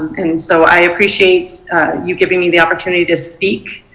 and so i appreciate you giving me the opportunity to speak.